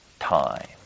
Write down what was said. time